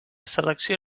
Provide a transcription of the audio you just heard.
selecció